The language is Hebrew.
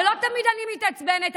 ולא תמיד אני מתעצבנת.